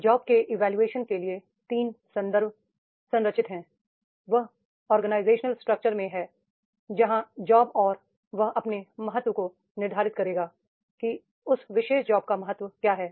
job के evolution के लिए 3 संदर्भ संरचित है यह ऑर्गेनाइजेशनल स्ट्रक्चर में है जहां जॉब और वह अपने महत्व को निर्धारित करेगा कि उस विशेष जॉब का महत्व क्या है